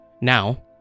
Now